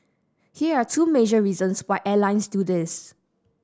here are two major reasons why airlines do this